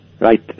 Right